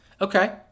Okay